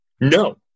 No